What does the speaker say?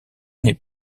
n’est